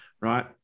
right